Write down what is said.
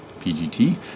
PGT